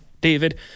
David